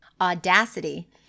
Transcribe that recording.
Audacity